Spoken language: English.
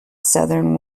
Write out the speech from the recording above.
southern